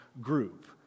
group